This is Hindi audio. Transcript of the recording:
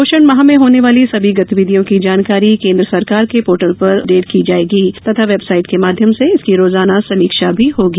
पोषण माह में होने वाली सभी गतिविधियों की जानकारी केन्द्र सरकार के पोर्टल पर अपडेट की जायेगी तथा वेबसाइट के माध्यम से इसकी रोजाना समीक्षा भी होगी